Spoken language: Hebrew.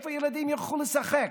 איפה הילדים ילכו לשחק?